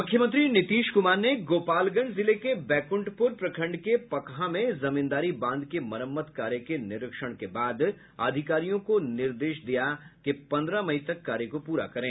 मुख्यमंत्री नीतीश कुमार ने गोपालगंज जिले के बैकुंठपुर प्रखंड के पकहां में जमींदारी बांध के मरम्मत कार्य के निरीक्षण के बाद अधिकारियों को निर्देश दिया कि पन्द्रह मई तक कार्य को पूरा करे